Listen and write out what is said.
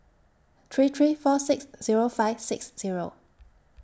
three three four six Zero five six Zero